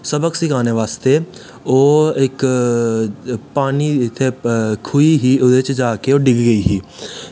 सबक सिखाने आस्ते ओह् इक पानी इत्थै खूही ओह्दे च जा के डिग्ग गेई ही